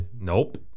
Nope